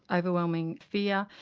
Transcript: overwhelming fear,